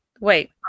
wait